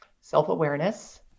Self-awareness